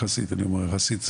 אני אומר יחסית,